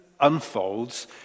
unfolds